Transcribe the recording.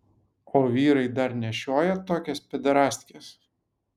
o vyrai dar nešioja tokias pederastkes